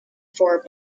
for